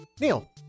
Neil